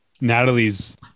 Natalie's